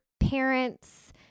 parents